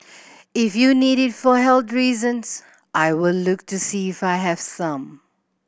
if you need it for health reasons I will look to see if I have some